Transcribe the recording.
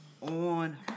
on